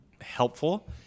helpful